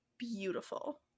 beautiful